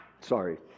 Sorry